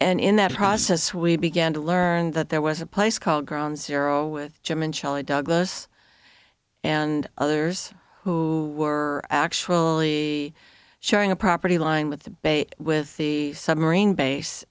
and in that process we began to learn that there was a place called ground zero with jim and shelley douglas and others who were actually sharing a property line with the bay with the submarine base